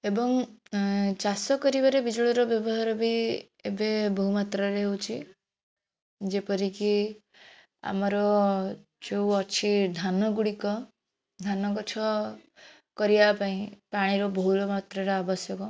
ଏବଂ ଚାଷ କରିବାରେ ବିଜୁଳିର ବ୍ୟବହାର ବି ଏବେ ବହୁମାତ୍ରାରେ ହେଉଛି ଯେପରିକି ଆମର ଯେଉଁ ଅଛି ଧାନ ଗୁଡ଼ିକ ଧାନଗଛ କରିବା ପାଇଁ ପାଣିର ବହୁଳ ମାତ୍ରାରେ ଆବଶ୍ୟକ